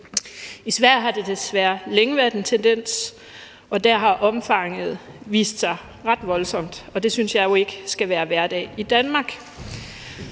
I Sverige har det desværre længe været en tendens, og der har omfanget vist sig ret voldsomt, og det synes jeg jo ikke skal være hverdag i Danmark.